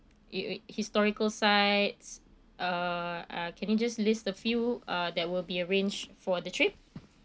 it wi~ historical sites uh can you just list a few uh that will be arranged for the trip